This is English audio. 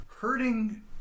hurting